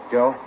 Joe